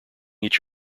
each